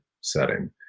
setting